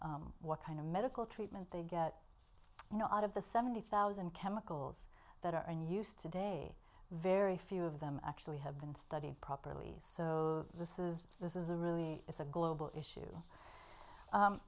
e what kind of medical treatment they get you know out of the seventy thousand chemicals that are and used today very few of them actually have been studied properly so this is this is a really it's a global issue